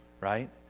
right